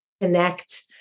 connect